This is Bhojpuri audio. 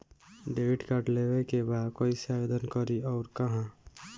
डेबिट कार्ड लेवे के बा कइसे आवेदन करी अउर कहाँ?